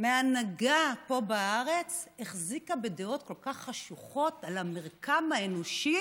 שההנהגה פה בארץ החזיקה בדעות כל כך חשוכות על המרקם האנושי